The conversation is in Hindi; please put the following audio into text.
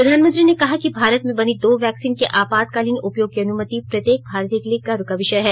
प्रधानमंत्री ने कहा कि भारत में बनी दो वैक्सीन के आपातकालीन उपयोग की अनुमति प्रत्येक भारतीय के लिए गर्व का विषय है